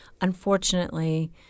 Unfortunately